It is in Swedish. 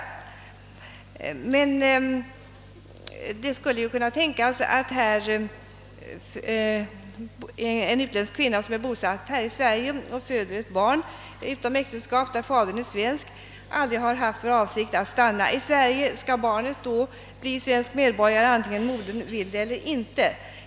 Men det skulle kunna tänkas att en utländsk kvinna, som är bosatt i Sverige och här utom äktenskap föder ett barn vars fader är svensk, aldrig har haft för avsikt att stanna i Sverige. Skall barnet då bli svensk medborgare vare sig modern vill det eller ej?